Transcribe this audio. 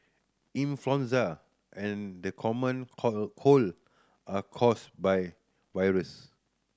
influenza and the common cold cold are caused by viruse